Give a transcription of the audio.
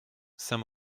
saint